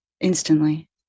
instantly